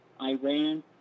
Iran